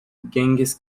genghis